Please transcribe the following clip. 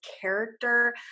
character